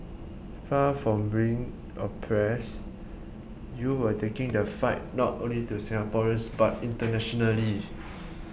far from bring oppressed you were taking the fight not only to Singaporeans but internationally